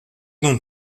não